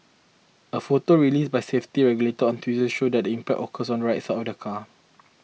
a photo released by safety regulators on Tuesday showed that the impact occurred on the right side of the car